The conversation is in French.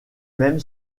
même